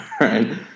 right